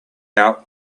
out